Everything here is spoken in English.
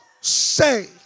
say